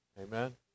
Amen